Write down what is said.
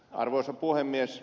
arvoisa puhemies